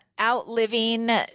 outliving